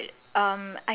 okay then